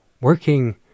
working